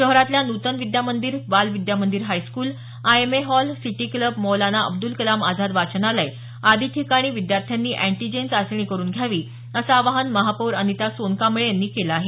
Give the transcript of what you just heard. शहरातल्या Nutan Vidyamandir Bal Vidyamandir high school IMA hall city club Maulana Abdul Kalam Azad वाचनालय आदी ठिकाणी विद्यार्थ्यांनी अँटिजेन चाचणी करून घ्यावी असं आवाहन महापौर अनिता सोनकांबळे यांनी केलं आहे